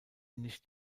nicht